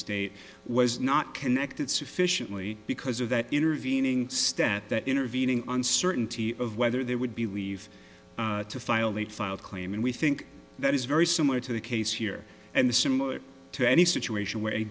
estate was not connected sufficiently because of that intervening stat that intervening uncertainty of whether there would be leave to file late filed claim and we think that is very similar to the case here and the similar to any situation where a